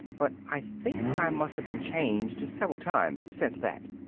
but i think i must have been changed several times since that.